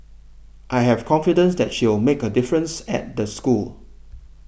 I have confidence that she'll make a difference at the school